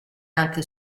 anche